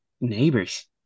Neighbors